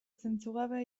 zentzugabea